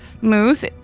Moose